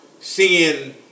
seeing